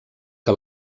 que